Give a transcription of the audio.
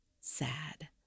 sad